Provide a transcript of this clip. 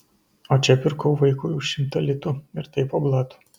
o čia pirkau vaikui už šimtą litų ir tai po blatu